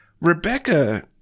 Rebecca